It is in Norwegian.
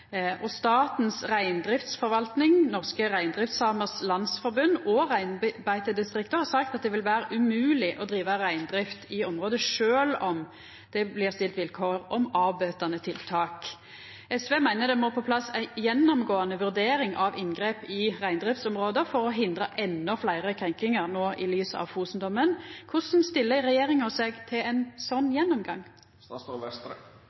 Statens reindriftsforvaltning, Norske Reindriftsamers Landsforbund og reinbeitedistriktet har sagt at det vil vera umogleg å driva reindrift i området sjølv om det blir stilt vilkår om avbøtande tiltak. SV meiner det må på plass ei gjennomgåande vurdering av inngrep i reindriftsområde for å hindra endå fleire krenkingar – no i lys av Fosen-dommen. Korleis stiller regjeringa seg til ein